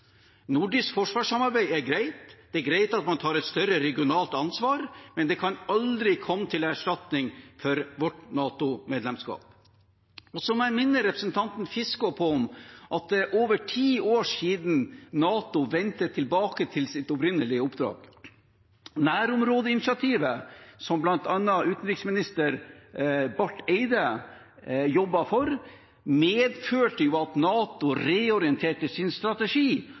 Nordisk forsvarssamarbeid er greit, det er greit at man tar et større regionalt ansvar, men det kan aldri komme til erstatning for vårt NATO-medlemskap. Så må jeg minne representanten Fiskaa om at det er over ti år siden NATO vendte tilbake til sitt opprinnelige oppdrag. Nærområdeinitiativet, som bl.a. daværende utenriksminister Barth Eide jobbet for, medførte jo at NATO reorientere sin strategi